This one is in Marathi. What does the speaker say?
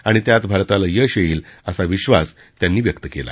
आणि त्यात भारताला यश येईल असा विधास त्यांनी व्यक्त केला